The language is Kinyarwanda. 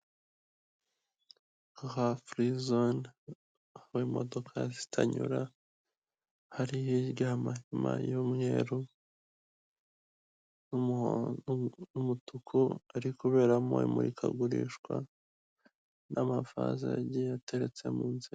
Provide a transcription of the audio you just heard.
Aha free zone aho imodoka zitanyura hari hirya amahema y'umweru n'umutuku hariko kuberamo imurika gurishwa n'amavazi agiye ateretswe mu nzera.